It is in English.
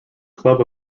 club